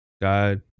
God